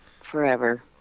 forever